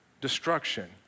destruction